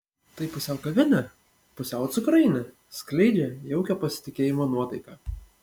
tai pusiau kavinė pusiau cukrainė skleidžia jaukią pasitikėjimo nuotaiką